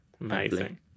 Amazing